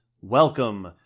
Welcome